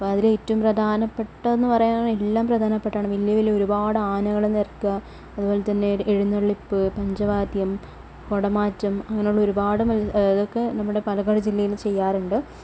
അപ്പോൾ അതിലേറ്റവും പ്രധാനപ്പെട്ടതെന്നു പറയാൻ എല്ലാം പ്രധാനപ്പെട്ടതാണ് വലിയ വലിയ ഒരുപാട് ആനകളെ നിരത്തുക അതുപോലത്തന്നെ എഴുന്നള്ളിപ്പ് പഞ്ചവാദ്യം കുടമാറ്റം അങ്ങനുള്ള ഒരുപാട് ഇതൊക്കെ നമ്മുടെ പാലക്കാട് ജില്ലയിൽ ചെയ്യാറുണ്ട്